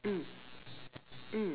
mm mm